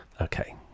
Okay